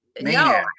no